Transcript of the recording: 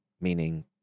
meaning